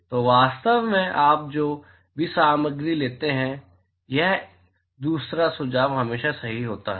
तो वास्तव में आप जो भी सामग्री लेते हैं यह दूसरा सुझाव हमेशा सही होता है